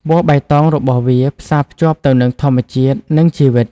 ពណ៌បៃតងរបស់វាផ្សារភ្ជាប់ទៅនឹងធម្មជាតិ និងជីវិត។